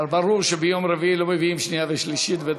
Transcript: אבל ברור שביום רביעי לא מביאים שנייה ושלישית.